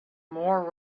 more